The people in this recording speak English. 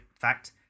fact